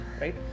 right